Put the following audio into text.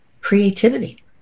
creativity